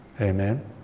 Amen